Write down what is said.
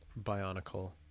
Bionicle